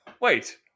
Wait